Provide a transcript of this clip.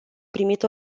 primit